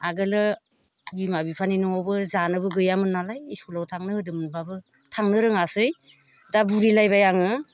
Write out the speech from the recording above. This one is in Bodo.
आगोलो बिमा बिफानि न'आवबो जानोबो गैयामोन नालाय इस्कुलाव थांनो होदोमोनब्लाबो थांनो रोङासै दा बुरिलायबाय आङो